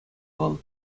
вӑл